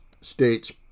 states